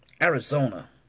Arizona